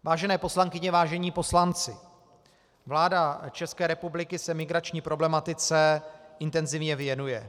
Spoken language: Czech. Vážené poslankyně, vážení poslanci, vláda České republiky se migrační problematice intenzivně věnuje.